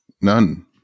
None